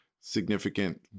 significant